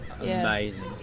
Amazing